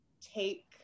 take